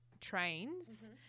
trains